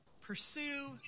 Pursue